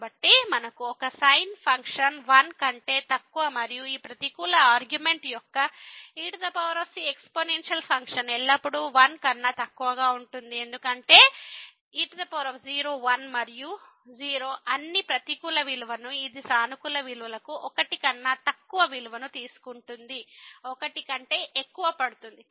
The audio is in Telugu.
కాబట్టి మనకు ఒక sin ఫంక్షన్ 1 కంటే తక్కువ మరియు ఈ ప్రతికూల ఆర్గ్యుమెంట్ యొక్క ec ఎక్స్పోనెన్షియల్ ఫంక్షన్ ఎల్లప్పుడూ 1 కన్నా తక్కువగా ఉంటుంది ఎందుకంటే e01 మరియు o అన్ని ప్రతికూల విలువలకు ఇది సానుకూల విలువలకు 1 కన్నా తక్కువ విలువను తీసుకుంటుంది 1 కంటే ఎక్కువ పడుతుంది